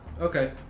Okay